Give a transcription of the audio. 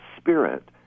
spirit